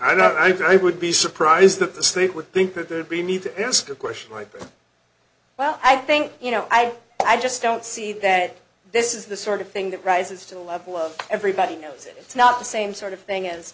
thought i would be surprised that the state would think that there would be a need to ask a question like well i think you know i i just don't see that this is the sort of thing that rises to the level of everybody it's not the same sort of thing